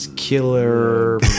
Killer